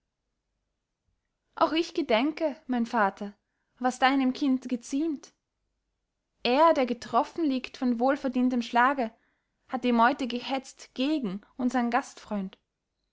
auch ich gedenke mein vater was deinem kind geziemt er der getroffen liegt von wohlverdientem schlage hat die meute gehetzt gegen